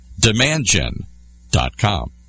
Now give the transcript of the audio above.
demandgen.com